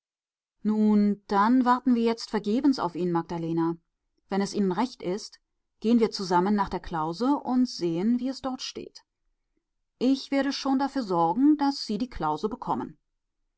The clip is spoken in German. nun dann warten wir jetzt vergebens auf ihn magdalena wenn es ihnen recht ist gehen wir zusammen nach der klause und sehen wie es dort steht ich werde schon dafür sorgen daß sie die klause bekommen